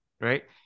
right